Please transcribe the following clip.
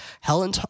Helen